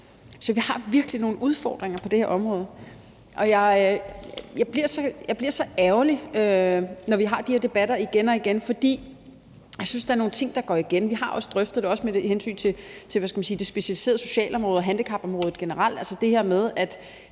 Så vi har virkelig nogle udfordringer på det her område. Jeg bliver så ærgerlig, når vi har de her debatter igen og igen, fordi jeg synes, der er nogle ting, der går igen. Vi har også drøftet det, også med hensyn til det specialiserede socialområde og handicapområdet generelt, altså det her med, at